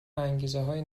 انگیزههای